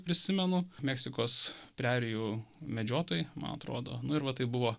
prisimenu meksikos prerijų medžiotojai man atrodo nu ir va tai buvo